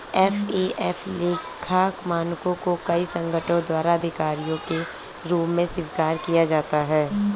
FAF लेखा मानकों को कई संगठनों द्वारा आधिकारिक के रूप में स्वीकार किया जाता है